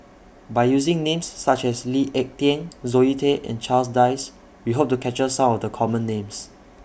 By using Names such as Lee Ek Tieng Zoe Tay and Charles Dyce We Hope to capture Some of The Common Names